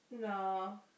No